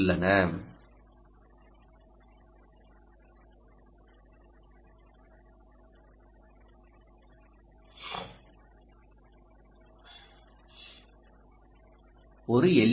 உள்ளன ஒரு எல்